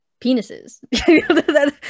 penises